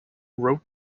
wrote